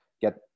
get